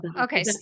okay